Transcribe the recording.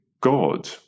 God